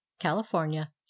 california